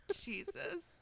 Jesus